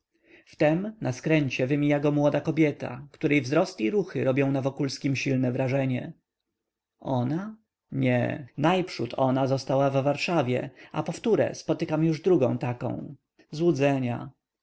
myśli wtem na skręcie wymija go młoda kobieta której wzrost i ruchy robią na wokulskim silne wrażenie ona nie najprzód ona została w warszawie a powtóre spotykam już drugą taką złudzenia